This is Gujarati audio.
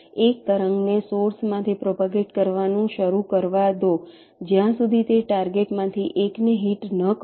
એક તરંગને સોર્સ માંથી પ્રોપગેટ કરવાનું શરૂ કરવા દો જ્યાં સુધી તે ટાર્ગેટ માંથી એકને હિટ ન કરે